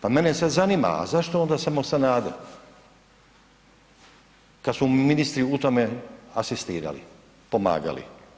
Pa mene sad zanima, a zašto onda samo Sanader kada su ministri u tom asistirali, pomagali?